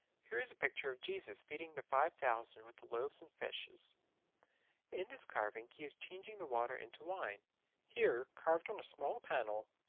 here is a picture of jesus feeding the five thousand with the loaves and fishes in this carving he is changing the water into wine here, carved on a small panel,